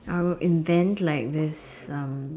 I will invent like this um